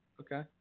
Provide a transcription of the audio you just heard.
Okay